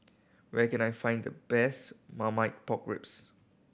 where can I find the best Marmite Pork Ribs